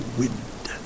wind